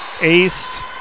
ace